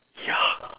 ya